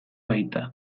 baita